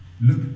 look